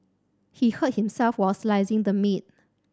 he hurt himself while slicing the meat